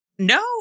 No